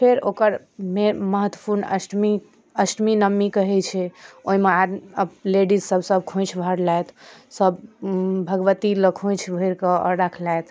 फेर ओकर मत्वपूर्ण अष्टमी अष्टमी नवमीके होइ छै ओहिमे लेडीज सब सब खोंछि भरलथि सब भगवती लग खोंछि भरि कऽ आओर रखलथि